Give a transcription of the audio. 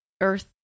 Earth